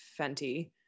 Fenty